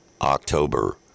October